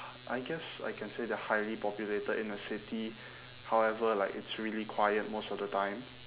I guess I can say they're highly populated in the city however like it's really quiet most of the time